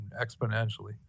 exponentially